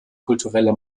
kulturelle